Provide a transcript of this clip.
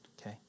okay